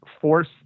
force